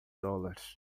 dólares